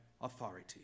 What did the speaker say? authority